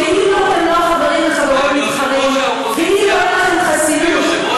כולכם מתייצבים להוציא לפועל את הגחמה שלו,